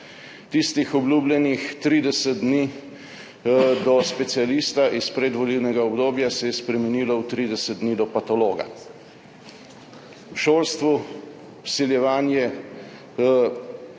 Tistih obljubljenih 30 dni do specialista iz predvolilnega obdobja se je spremenilo v 30 dni do patologa. V šolstvu vsiljevanje